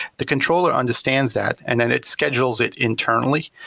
the controller understands that and then it schedules it internally.